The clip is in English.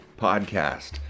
podcast